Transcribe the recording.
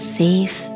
safe